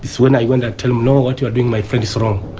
when i went and tell him, know what you are doing, my friend, is wrong.